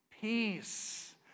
Peace